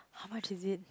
how much is it